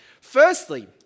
Firstly